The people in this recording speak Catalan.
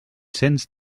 cents